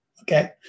okay